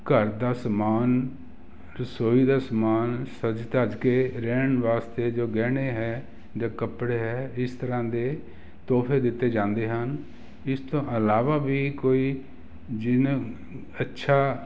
ਘਰ ਦਾ ਸਮਾਨ ਰਸੋਈ ਦਾ ਸਮਾਨ ਸਜ ਧਜ ਕੇ ਰਹਿਣ ਵਾਸਤੇ ਜੋ ਗਹਿਣੇ ਹੈ ਜਾਂ ਕੱਪੜੇ ਹੈ ਇਸ ਤਰ੍ਹਾਂ ਦੇ ਤੋਹਫੇ ਦਿੱਤੇ ਜਾਂਦੇ ਹਨ ਇਸ ਤੋਂ ਇਲਾਵਾ ਵੀ ਕੋਈ ਜਿਹਨੇ ਅੱਛਾ